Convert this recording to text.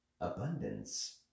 abundance